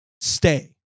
stay